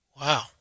Wow